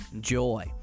joy